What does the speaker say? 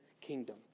kingdom